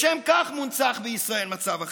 לשם כך מונצח בישראל מצב החירום.